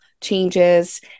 changes